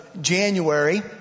January